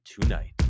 tonight